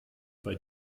bei